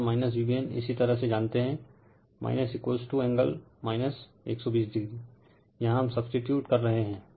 और -Vbn इसी तरह से जानते हैं एंगल 120o यहाँ हम सबसटीटयूड कर रहे हैं